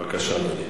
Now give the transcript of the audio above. בבקשה.